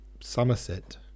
Somerset